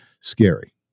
scary